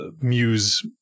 muse